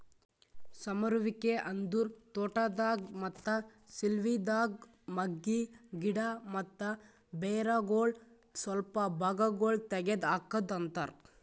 ಸಮರುವಿಕೆ ಅಂದುರ್ ತೋಟದಾಗ್, ಮತ್ತ ಸಿಲ್ವಿದಾಗ್ ಮಗ್ಗಿ, ಗಿಡ ಮತ್ತ ಬೇರಗೊಳ್ ಸ್ವಲ್ಪ ಭಾಗಗೊಳ್ ತೆಗದ್ ಹಾಕದ್ ಅಂತರ್